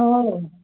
हो